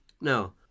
Now